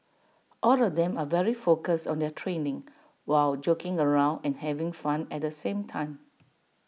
all of them are very focused on their training while joking around and having fun at the same time